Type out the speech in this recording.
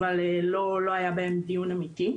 אבל לא היה בהן דיון אמיתי.